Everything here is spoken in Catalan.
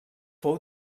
fou